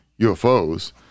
UFOs